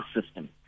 system